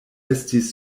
estis